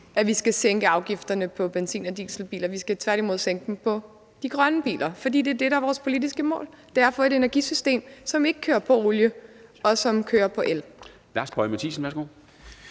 at vi skal sænke afgifterne på benzin- og dieselbiler; vi skal tværtimod sænke dem på de grønne biler, fordi det er det, der er vores politiske mål, nemlig at få et energisystem, som ikke kører på olie, men som kører på el. Kl. 11:58 Formanden